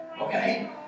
Okay